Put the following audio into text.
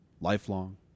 lifelong